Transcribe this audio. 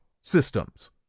systems